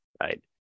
right